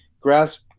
grasp